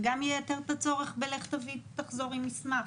וגם ייתר את הצורך בלך תביא ותחזור עם מסמך.